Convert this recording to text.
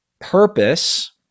purpose